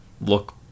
look